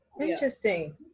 interesting